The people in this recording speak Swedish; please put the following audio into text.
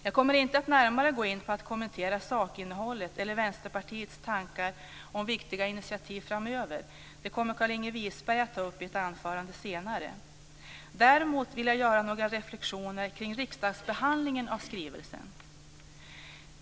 Jag kommer inte närmare att kommentera sakinnehållet eller Vänsterpartiets tankar om viktiga initiativ framöver. Det kommer Carlinge Wisberg att ta upp i ett anförande senare. Däremot vill jag göra några reflexioner kring riksdagsbehandlingen av skrivelsen.